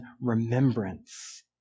remembrance